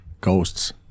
Ghosts